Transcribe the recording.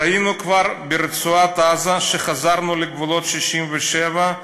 ראינו כבר ברצועת-עזה, שחזרה לגבולות 67'